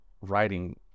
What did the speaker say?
writing